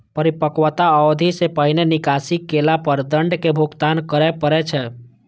परिपक्वता अवधि सं पहिने निकासी केला पर दंड के भुगतान करय पड़ै छै